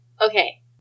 okay